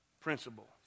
principle